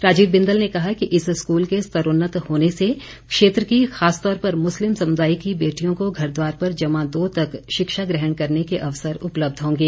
राजीव बिंदल ने कहा कि इस स्कूल के स्तरोन्नत होने से क्षेत्र की खासतौर पर मुस्लिम समुदाय की बेटियों को घर द्वार पर जमा दो तक शिक्षा ग्रहण करने के अवसर उपलब्ध होंगे